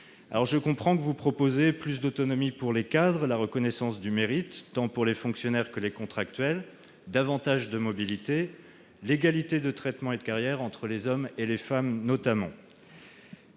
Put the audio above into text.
Alors, je comprends que vous proposez, notamment, plus d'autonomie pour les cadres, la reconnaissance du mérite, tant pour les fonctionnaires que pour les contractuels, davantage de mobilité, ainsi que l'égalité de traitement et de carrière entre les hommes et les femmes. Il n'est